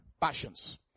passions